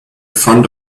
front